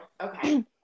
Okay